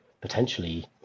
potentially